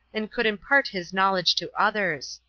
and could impart his knowledge to others.